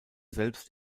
selbst